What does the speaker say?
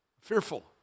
fearful